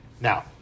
Now